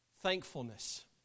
thankfulness